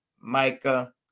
Micah